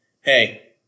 Hey